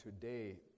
today